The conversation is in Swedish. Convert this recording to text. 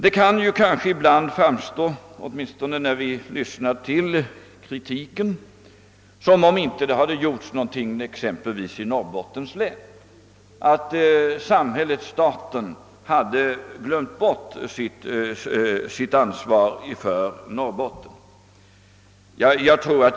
Det kan ibland — åtminstone när vi lyssnar till kritiken — verka som om ingenting hade gjorts exempelvis i Norrbottens län, som om samhället-staten hade glömt bort sitt ansvar för Norrbotten.